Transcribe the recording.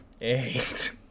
Eight